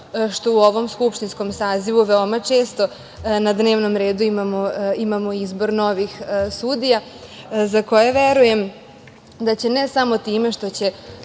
što u ovom skupštinskom sazivu veoma često na dnevnom redu imamo izbor novih sudija, za koje verujem da će ne samo time što će